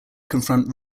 confront